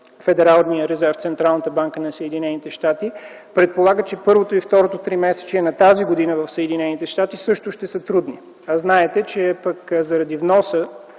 Федералния резерв – Централната банка на Съединените щати, предполагат, че първото и второто тримесечие на тази година в Съединените щати също ще са трудни. А знаете, че пък заради вноса